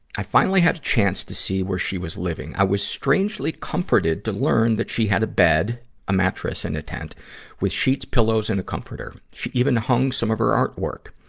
i finally had a chance to see where she was living. i was strangely comforted to learn that she had a bed a mattress in a tent with sheets, pillows, and a comforter. she even hung some of her artwork.